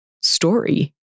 story